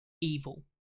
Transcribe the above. evil